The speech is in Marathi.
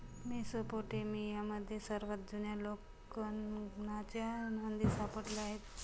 मेसोपोटेमियामध्ये सर्वात जुन्या लेखांकनाच्या नोंदी सापडल्या आहेत